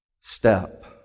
step